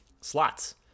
slots